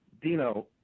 Dino